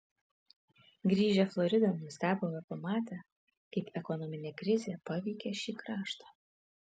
grįžę floridon nustebome pamatę kaip ekonominė krizė paveikė šį kraštą